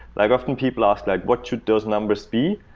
like often, people ask, like what should those numbers be?